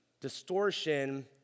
Distortion